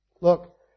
Look